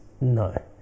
No